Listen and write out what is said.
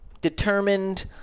determined